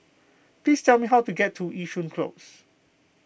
please tell me how to get to Yishun Close